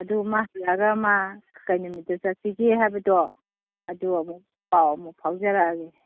ꯑꯗꯨꯒ ꯃꯥ ꯍꯜꯂꯛꯂꯒ ꯃꯥ ꯀꯔꯤ ꯅꯨꯃꯤꯠꯇ ꯆꯠꯁꯤꯒꯦ ꯍꯥꯏꯕꯗꯣ ꯑꯗꯨ ꯑꯃꯨꯛ ꯄꯥꯎ ꯑꯃꯨꯛ ꯐꯥꯎꯖꯔꯛꯂꯒꯦ